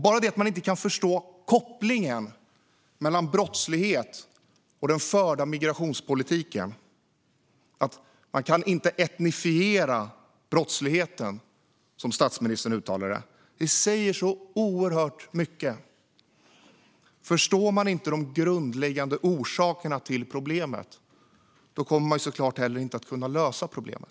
Bara det att man inte kan förstå kopplingen mellan brottslighet och den förda migrationspolitiken - man kan inte etnifiera brottsligheten, som statsministern uttalade det - säger så oerhört mycket. Förstår man inte de grundläggande orsakerna till problemet kommer man såklart inte heller att kunna lösa problemet.